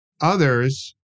others